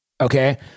Okay